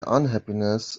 unhappiness